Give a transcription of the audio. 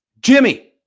jimmy